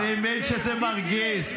אדון שמחה רוטמן,